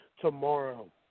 tomorrow